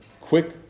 quick